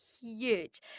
huge